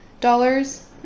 Dollars